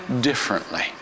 differently